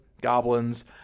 goblins